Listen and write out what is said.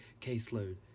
caseload